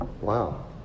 Wow